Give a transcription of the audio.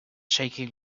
shaking